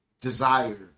desire